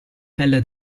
pelle